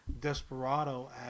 desperado